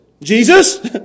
Jesus